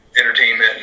entertainment